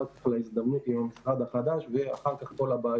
אחר כך על ההזדמנות עם המשרד החדש ואחר כך כל הבעיות.